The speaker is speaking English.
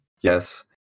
Yes